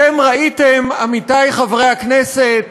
אתם ראיתם, עמיתי חברי הכנסת,